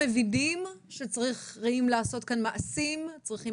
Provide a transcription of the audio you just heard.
מבינים שצריכים לעשות כאן מעשים וצריכים